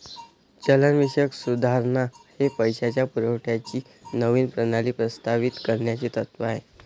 चलनविषयक सुधारणा हे पैशाच्या पुरवठ्याची नवीन प्रणाली प्रस्तावित करण्याचे तत्त्व आहे